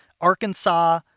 Arkansas